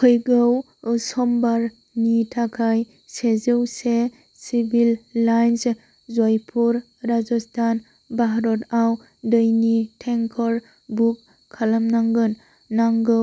फैगौ समबारनि थाखाय सेजौ सिभिल लाइन्स जयपुर राजस्थान भारतआव दैनि टेंकर बुक खालामनांगोन नांगौ